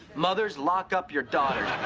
mothers, lock up your daughters!